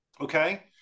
okay